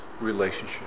relationship